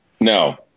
no